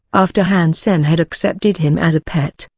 after han sen had accepted him as a pet,